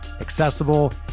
accessible